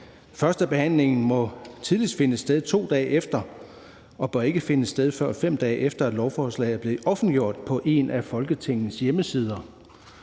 »1. behandling må tidligst finde sted, 2 dage efter, og bør ikke finde sted, før 5 dage efter at lovforslaget er offentliggjort på en af Folketingets hjemmesider.«